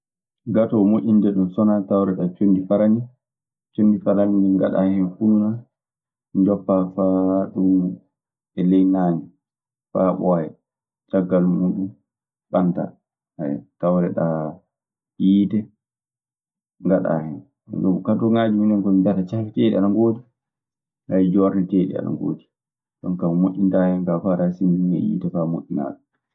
Gato moƴƴinde ɗun so wanaa tawreɗaa conndi farani. Conndi farani, ngaɗaa hen fununaa; njoppaa e ley naange faa ɓooya, caggal muuɗun ɓantaa. tawreɗaa yiite, ngaɗaa hen. Gatoŋaaji, minen ko min mbiyata caheteeɗi ana ngoodi, haya joorneteeɗi ana ngoodi. Jonkaa ko moƴƴintaa hen kaa fuu, aɗe hasindinii e yiite faa moƴƴinaa ka.